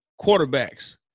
quarterbacks